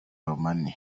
money